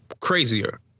crazier